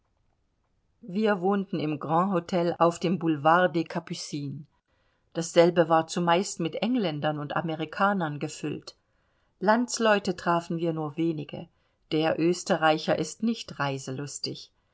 wir wohnten im grand htel auf dem boulevard des capucines dasselbe war zumeist mit engländern und amerikanern gefüllt landsleute trafen wir nur wenige der österreicher ist nicht reiselustig